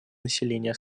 населения